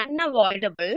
unavoidable